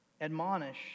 admonish